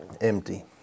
Empty